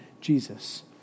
Jesus